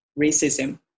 racism